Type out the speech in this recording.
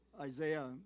Isaiah